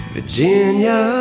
Virginia